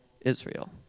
Israel